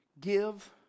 Give